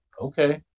okay